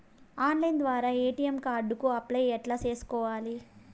Online ద్వారా ATM card కు apply ఎట్లా సేసుకోవాలి?